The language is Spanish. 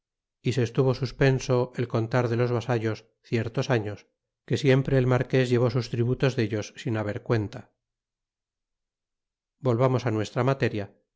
y se estuvo suspenso el contar de los vasallos ciertos años que siempre el marques llevó sus tributos dellos sin haber cuenta volvamos nuestra materia